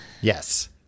Yes